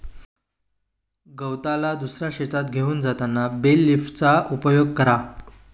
गवताला दुसऱ्या शेतात घेऊन जाताना बेल लिफ्टरचा उपयोग करा